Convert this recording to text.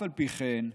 אף על פי כן,